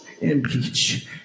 Impeach